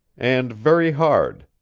and very hard.